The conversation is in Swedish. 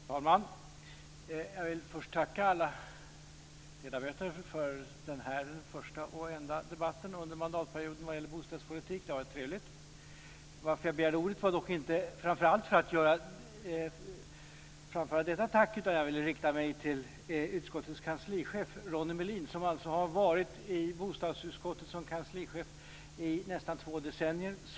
Fru talman! Jag vill först tacka alla ledamöter för den här första och enda debatten under mandatperioden om bostadspolitik. Det har varit trevligt. Jag begärde inte ordet för att framföra detta tack, utan jag vill rikta mig till utskottskansliets chef Ronnie Melin som har arbetat som kanslichef i bostadsutskottet i nästan två decennier.